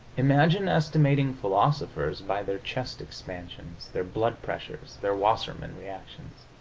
imagine estimating philosophers by their chest expansions, their blood pressures, their wassermann reactions!